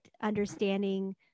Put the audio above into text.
understanding